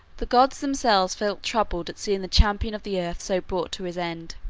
the gods themselves felt troubled at seeing the champion of the earth so brought to his end.